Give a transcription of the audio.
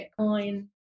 Bitcoin